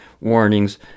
warnings